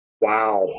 Wow